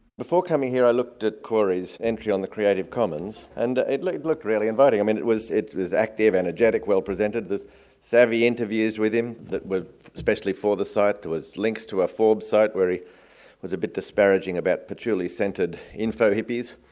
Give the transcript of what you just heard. before coming here, i looked at cory's entry on the creative commons and it like looked really inviting, i mean it was it was active, energetic, well presented there's savvy interviews with him that were specially for the site, there was links to a forbes site where he was a bit disparaging about patchouli-scented info-hippies.